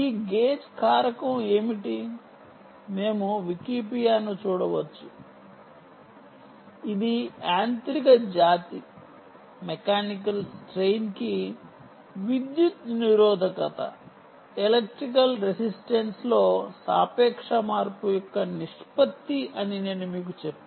ఈ గేజ్ కారకం ఏమిటి మేము వికీపీడియాను చూడవచ్చు కాని ఇది యాంత్రిక జాతి కి విద్యుత్ నిరోధకత లో సాపేక్ష మార్పు యొక్క నిష్పత్తి అని నేను మీకు చెప్తాను